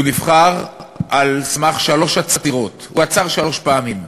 הוא נבחר על סמך שלוש עצירות, הוא עצר שלוש פעמים: